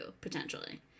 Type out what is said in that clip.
potentially